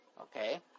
Okay